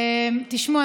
תשמעו,